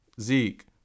Zeke